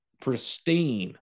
pristine